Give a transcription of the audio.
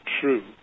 true